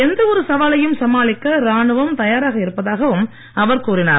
எந்த ஒரு சவாலையும் சமாளிக்க ராணுவம் தயாராக இருப்பதாகவும் அவர் கூறினார்